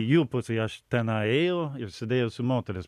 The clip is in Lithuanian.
jų pusėj aš tenai ėjau ir sėdėjau su moteris